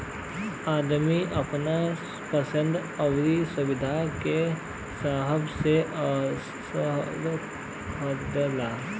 आदमी आपन पसन्द आउर सुविधा के हिसाब से सेअर खरीदला